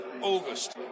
August